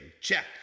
check